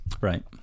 Right